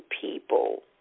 people